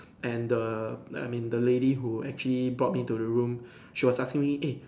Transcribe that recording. and the I mean the lady who actually brought me to the room she was asking me eh